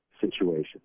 situation